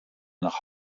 nach